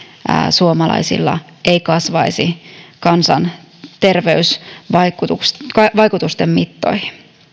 suomalaisilla ei kasvaisi kansanter veysvaikutusten mittoihin